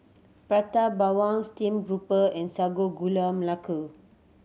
Prata Bawang steamed grouper and Sago Gula Melaka